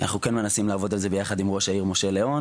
אנחנו כן מנסים לעבוד על זה ביחד עם ראש העיר משה לאון